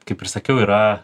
kaip ir sakiau yra